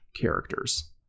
characters